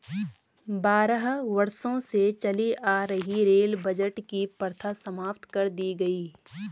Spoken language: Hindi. बारह वर्षों से चली आ रही रेल बजट की प्रथा समाप्त कर दी गयी